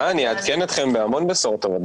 אני אעדכן בהמון בשורות טובות.